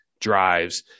drives